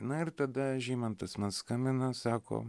na ir tada žymantas man skambina sako